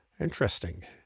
Interesting